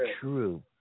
true